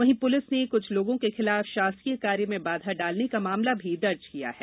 वहीं पुलिस ने कुछ लोगों के खिलाफ शासकीय कार्य में बाधा डालने का मामला भी दर्ज किया है